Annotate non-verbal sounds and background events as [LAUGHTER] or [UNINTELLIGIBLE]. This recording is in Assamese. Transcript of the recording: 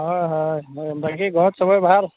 হয় হয় [UNINTELLIGIBLE] বাকী ঘৰত সবৰে ভাল